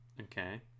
Okay